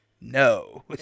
no